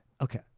Okay